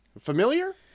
Familiar